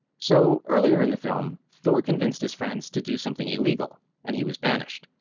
so earlier in the film, thor convinced his friends to do something illegal and he was banished.